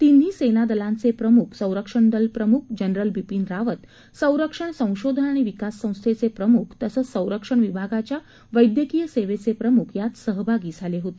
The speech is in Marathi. तिन्ही सेनादलांचे प्रम्ख संरक्षण दल प्रम्ख जनरल बिपिन रावत संरक्षण संशोधन आणि विकास संस्थेचे प्रमुख तसंच संरक्षण विभागाच्या वैद्यकीय सेवेचे प्रमुख त्यात सहभागी झाले होते